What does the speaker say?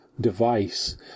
device